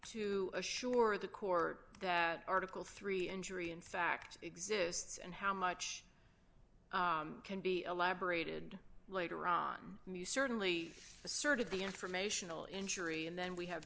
to assure the court that article three injury in fact exists and how much can be elaborated later on you certainly asserted the informational injury and then we have